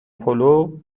پلو